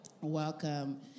Welcome